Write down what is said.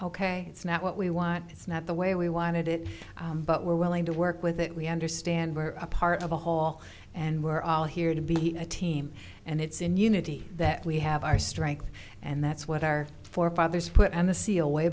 say it's not what we want it's not the way we wanted it but we're willing to work with it we understand we're a part of the whole and we're all here to be a team and it's in unity that we have our strength and that's what our forefathers put in the c e o way